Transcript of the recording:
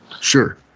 Sure